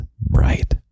bright